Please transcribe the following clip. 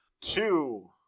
two